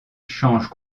change